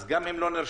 אז הם גם לא נרשמים,